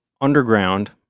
underground